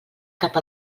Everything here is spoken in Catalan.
cap